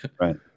right